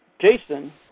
Jason